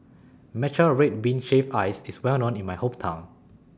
Matcha Red Bean Shaved Ice IS Well known in My Hometown